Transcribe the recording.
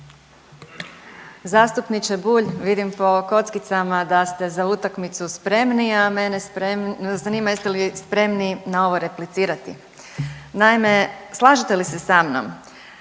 Zastupniče Bulj vidim po kockicama da ste za utakmicu spremni, a meni zanima jeste li spremni na ovo replicirati. Naime, slažete li se sa mnom